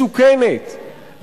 מסוכנת.